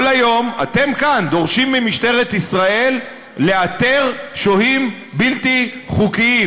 כל היום אתם כאן דורשים ממשטרת ישראל לאתר שוהים בלתי חוקיים.